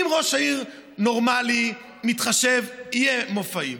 אם ראש העיר נורמלי, מתחשב, יהיו מופעים.